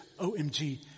OMG